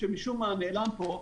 שמשום מה נעלם פה,